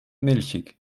milchig